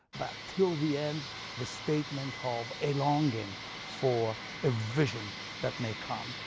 but until the end the statement of a longing for a vision that may come.